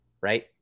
right